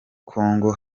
congo